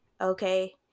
okay